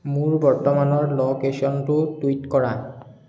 মোৰ বৰ্তমানৰ ল'কেশ্যনটো টুইট কৰা